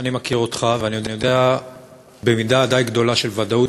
אני מכיר אותך ואני יודע במידה די גדולה של ודאות